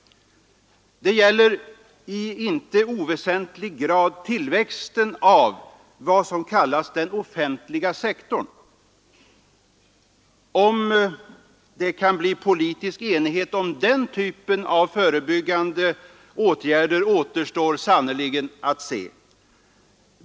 Det gäller i inte oväsentlig grad tillväxten av vad som kallas den offentliga sektorn. Om det kan uppnås politisk enighet om den typen av förebyggande åtgärder återstår sannerligen att se.